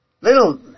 Little